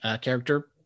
character